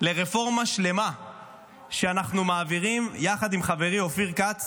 לרפורמה שלמה שאנחנו מעבירים יחד עם חברי אופיר כץ